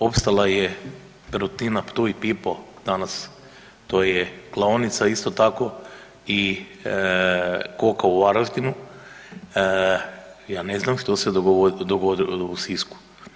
Opstala je Perutnina Ptuj, Pipo danas to je klaonica isto tako i Koka u Varaždinu, ja ne znam što se dogodilo u Sisku.